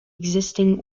existing